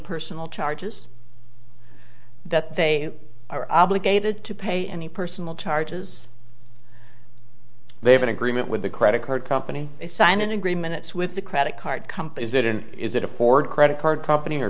personal charges that they are obligated to pay any personal charges they have an agreement with the credit card company they sign an agreement it's with the credit card companies it in is it a ford credit card company or